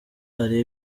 hari